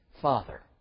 Father